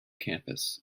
campus